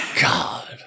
God